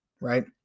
right